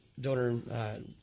donor